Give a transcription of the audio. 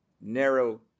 narrow